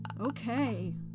Okay